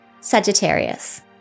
Sagittarius